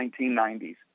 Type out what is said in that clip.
1990s